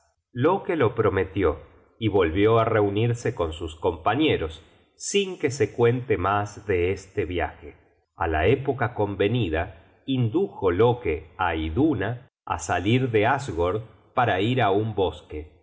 manzanas loke lo prometió y volvió á reunirse con sus compañeros sin que se cuente mas de este viaje a la época convenida indujo loke á iduna á salir de asgord para ir á un bosque